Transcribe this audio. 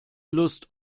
lust